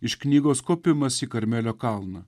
iš knygos kopimas į karmelio kalną